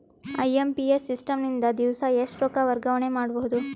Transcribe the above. IMPS system ನಿಂದ ದಿವಸಾ ಎಷ್ಟ ರೊಕ್ಕ ವರ್ಗಾವಣೆ ಮಾಡಬಹುದು?